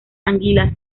anguilas